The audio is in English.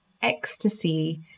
ecstasy